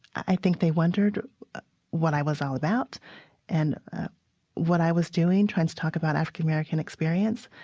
i think they wondered what i was all about and what i was doing, trying to talk about african-american experience.